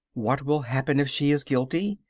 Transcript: what will happen if she is guilty?